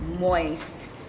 moist